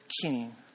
king